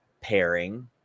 pairing